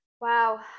Wow